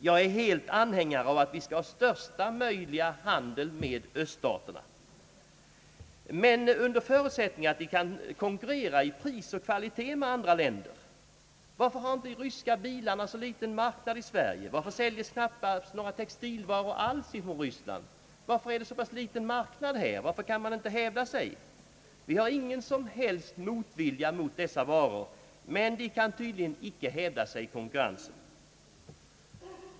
Jag är helt anhängare av att vi skall ha största möjliga handel med öststaterna men under förutsättning att de i pris och kvalitet kan konkurrera med andra länder. Varför har de ryska bilarna så liten marknad i Sverige, varför säljes knappast några textilvaror alls från Ryssland? Vi har ingen motvilja mot dessa varor, men de kan tydligen inte hävda sig i konkurrensen.